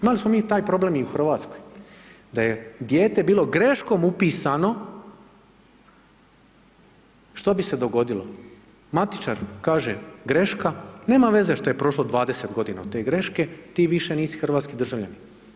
Imali smo mi taj problem i u Hrvatskoj da je dijete bilo greškom upisano što bi se dogodilo, matičar kaže greška, nema veze što je prošlo 20 godina od te greške, ti više nisi hrvatski državljanin.